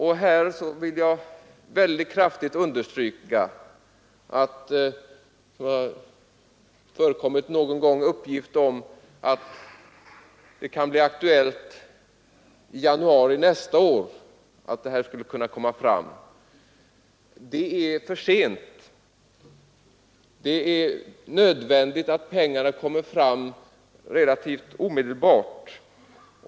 Det har någon gång förekommit en uppgift om att detta skulle kunna ske i januari nästa år, och jag vill kraftigt understryka att det är för sent. Det är nödvändigt att pengarna kommer fram relativt omedelbart.